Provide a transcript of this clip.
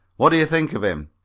what do you think of him?